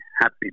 happy